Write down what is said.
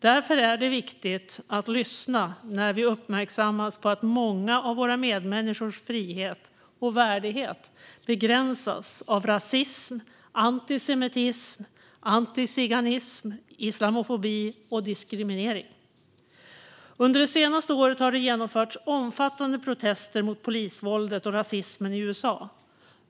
Därför är det viktigt att lyssna när vi uppmärksammas på att många av våra medmänniskors frihet och värdighet begränsas av rasism, antisemitism, antiziganism, islamofobi och diskriminering. Under det senaste året har det genomförts omfattande protester mot polisvåldet och rasismen i USA.